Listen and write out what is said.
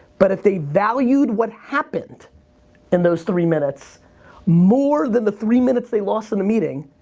but if they valued what happened in those three minutes more than the three minutes they lost in the meeting.